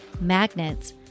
magnets